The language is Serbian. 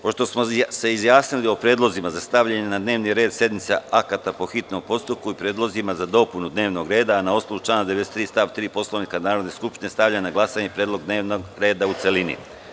Pošto smo se izjasnili o predlozima za stavljanje na dnevni red sednice akata po hitnom postupku i predlozima za dopunu dnevnog reda, a na osnovu člana 93. stav 3. Poslovnika Narodne skupštine, stavljam na glasanje predlog dnevnog reda u celini.